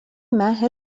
ماهر